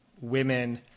women